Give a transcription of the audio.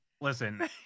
Listen